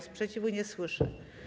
Sprzeciwu nie słyszę.